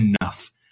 enough